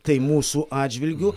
tai mūsų atžvilgiu